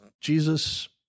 Jesus